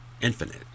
infinite